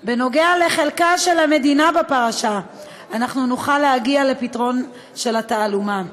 על חלקה של המדינה בפרשה נוכל להגיע לפתרון התעלומה.